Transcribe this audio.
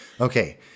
Okay